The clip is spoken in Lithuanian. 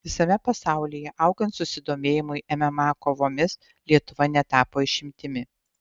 visame pasaulyje augant susidomėjimui mma kovomis lietuva netapo išimtimi